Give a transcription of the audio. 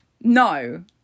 no